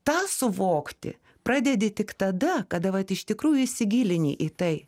tą suvokti pradedi tik tada kada vat iš tikrųjų įsigilini į tai